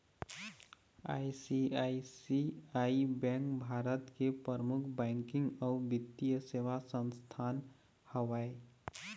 ICICI bank Bharat के परमुख banking अउ बित्तीय सेवा संस्थान हवय